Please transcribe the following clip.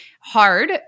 hard